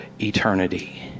eternity